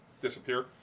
disappear